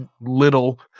little